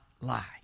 lie